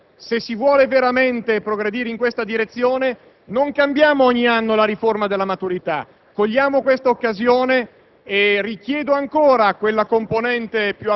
che se fossero stati presi in considerazione favorevolmente dal Governo e dalla relatrice, avrebbero indotto Alleanza Nazionale a votare favorevolmente questo disegno di legge.